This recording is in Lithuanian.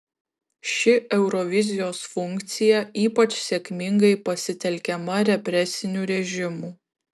ši eurovizijos funkcija ypač sėkmingai pasitelkiama represinių režimų